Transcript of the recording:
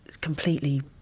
completely